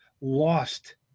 lost